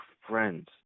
friends